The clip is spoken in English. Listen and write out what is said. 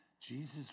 Jesus